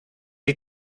die